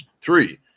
Three